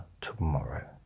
tomorrow